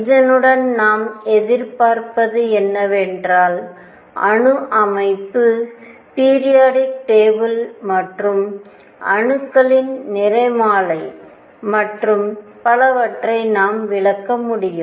இதனுடன் நாம் எதிர்பார்ப்பது என்னவென்றால் அணு அமைப்பு பிரியாடிக் டேபிள் மற்றும் அணுக்களின் நிறமாலை மற்றும் பலவற்றை நாம் விளக்க முடியும்